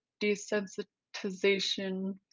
desensitization